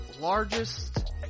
largest